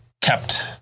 kept